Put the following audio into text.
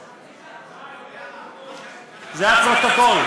בתיאום עם משרד הביטחון, זה הפרוטוקול.